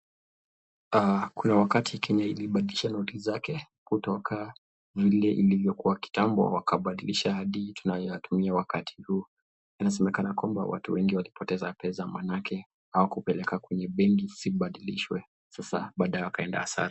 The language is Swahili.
Kuna wakati Kenya ilibadilisha noti zake kutokana na ilivyokuwa kitambo wakabadilisha hadi tunayotumia hadi wakati huu inazemekana kwamba watu wengi walipoteza maanake hawakuea miaka kumi benki wakabadilisha baadaye na hasara.